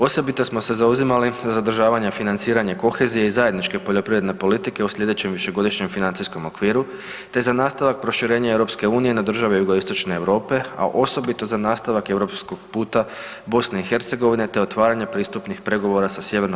Osobito smo se zauzimali za zadržavanje financiranja kohezije iz zajedničke poljoprivredne politike u slijedećem višegodišnjem financijskom okviru te za nastavak proširenja EU-a na države jugoistočne Europe a osobito za nastavak i europskog puta BiH-a te otvaranje pristupnih pregovora za Sj.